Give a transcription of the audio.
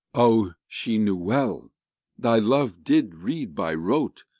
o, she knew well thy love did read by rote,